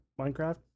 Minecraft